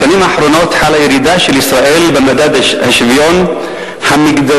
בשנים האחרונות חלה ירידה של ישראל במדד השוויון המגדרי,